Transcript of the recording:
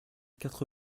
quatre